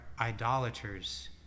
idolaters